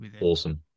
Awesome